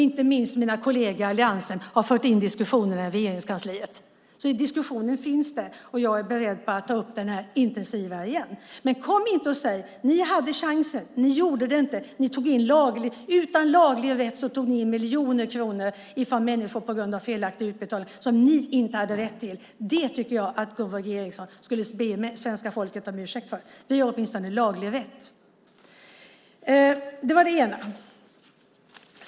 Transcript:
Inte minst mina kolleger i alliansen har fört in diskussionen i Regeringskansliet. Diskussionen finns där. Jag är beredd att ta upp den intensivare igen. Kom inte och säg något! Ni hade chansen! Ni gjorde det inte. Utan laglig rätt tog ni in miljoner kronor från människor på grund av felaktiga utbetalningar. Det hade ni inte rätt till. Detta tycker jag att Gunvor G Ericson borde be svenska folket om ursäkt för. Vi har åtminstone laglig rätt. Det var det ena.